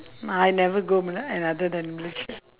ah I never go b~ another than Malaysia